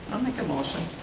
i'll make a motion.